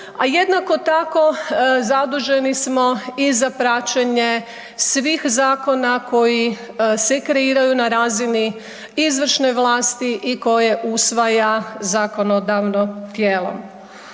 a jednako tako, zaduženi smo i za praćenje svih zakona koji se kreiraju na razini izvršne vlasti i koje usvaja zakonodavno tijelo.